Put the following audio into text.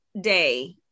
day